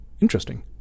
interesting